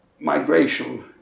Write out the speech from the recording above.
migration